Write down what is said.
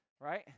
right